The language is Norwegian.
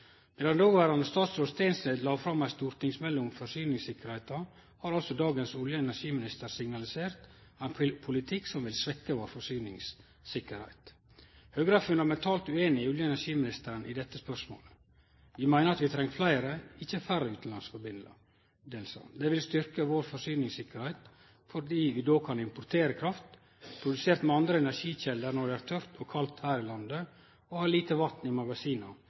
Medan dåverande statsråd Steensnæs la fram ei stortingsmelding om forsyningssikkerheita, har altså dagens olje- og energiminister signalisert ein politikk som vil svekkje vår forsyningssikkerheit. Høgre er fundamentalt ueinig med olje- og energiministeren i dette spørsmålet. Vi meiner at vi treng fleire, ikkje færre utanlandslinjer. Det vil styrkje vår forsyningssikkerheit, fordi vi då kan importere kraft produsert med andre energikjelder når det er tørt og kaldt her i landet, og det er lite vatn i magasina,